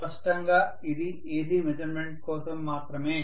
స్పష్టంగా ఇది AC measurement కోసం మాత్రమే